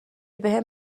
بهم